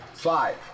Five